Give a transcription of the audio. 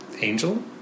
Angel